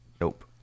Nope